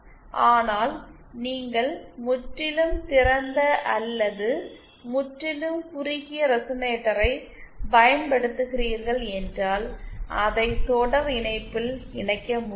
ஆனால் நீங்கள் முற்றிலும் திறந்த அல்லது முற்றிலும் குறுகிய ரெசனேட்டரைப் பயன்படுத்துகிறீர்கள் என்றால் அதை தொடர் இணைப்பில் இணைக்க முடியாது